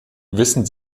wissen